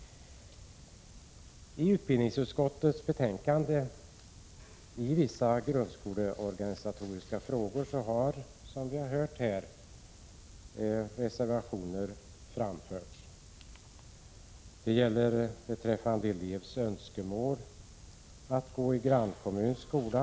Utbildningsutskottets betänkande i vissa grundskoleorganisatoriska frågor har, som vi hört, föranlett reservationer, bl.a. i frågan om elevs önskemål att få gå i grannkommuns skola.